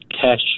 cash